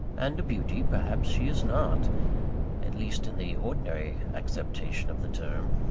and a beauty perhaps she is not at least, in the ordinary acceptation of the term.